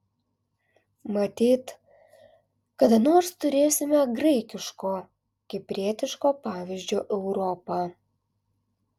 matyt kada nors turėsime graikiško kiprietiško pavyzdžio europą